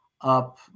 up